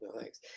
thanks